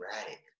erratic